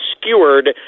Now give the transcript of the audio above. skewered